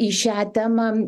į šią temą